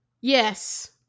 Yes